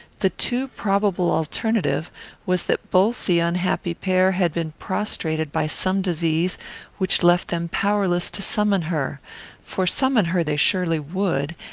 the too probable alternative was that both the unhappy pair had been prostrated by some disease which left them powerless to summon her for summon her they surely would,